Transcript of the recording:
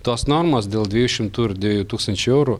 tos normos dėl dviejų šimtų ir dviejų tūkstančių eurų